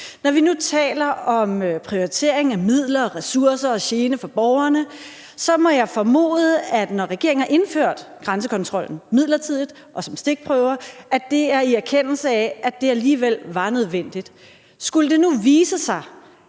Når vi nu taler om prioriteringen af midler og ressourcer og gener for borgerne, må jeg formode, at når regeringen har indført grænsekontrollen midlertidigt og som stikprøver, at det er i erkendelse af, at det alligevel var nødvendigt. Skulle det nu igen vise sig,